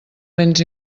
béns